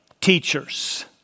teachers